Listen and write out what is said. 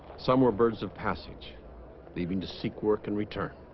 some were birds of passage leaving to seek work and return